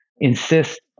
insist